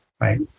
Right